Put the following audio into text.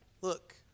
Look